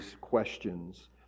questions